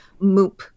MOOP